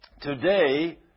Today